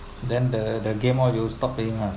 then the the game all of you stop playing lah